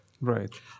Right